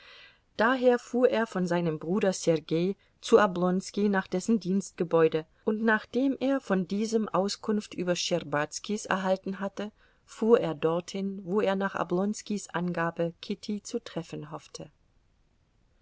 daher fuhr er von seinem bruder sergei zu oblonski nach dessen dienstgebäude und nachdem er von diesem auskunft über schtscherbazkis erhalten hatte fuhr er dorthin wo er nach oblonskis angabe kitty zu treffen hoffte